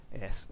Yes